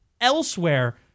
elsewhere